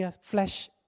flesh